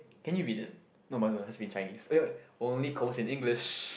can you read it no mus~ must be in Chinese oh wait wait only converse in English